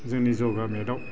जोंनि जगा मेटआव